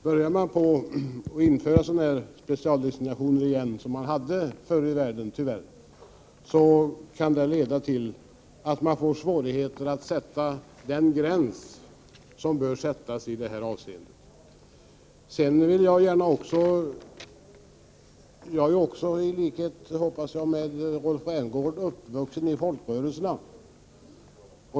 Börjar man införa de specialdestinationer som tyvärr fanns förr i världen kan det leda till att man får svårigheter att sätta den gräns som bör sättas. Jag är— jag hoppasilikhet med Rolf Rämgård — uppvuxen i folkrörelserna.